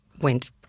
went